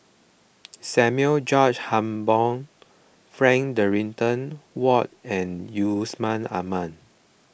Samuel George Hambon Frank Dorrington Ward and Yusman Aman